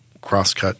crosscut